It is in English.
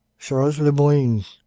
charles le moyne,